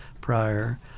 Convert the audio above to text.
prior